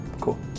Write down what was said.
Cool